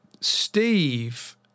Steve